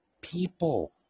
people